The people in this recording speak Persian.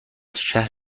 شهر